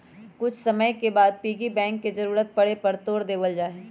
कुछ समय के बाद पिग्गी बैंक के जरूरत पड़े पर तोड देवल जाहई